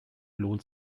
lohnt